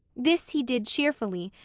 this he did cheerfully,